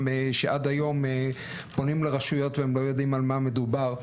שעד היום פונים לרשויות והם לא יודעים על מה מדובר.